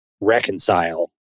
reconcile